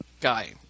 guy